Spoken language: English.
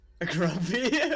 Grumpy